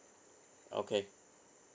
okay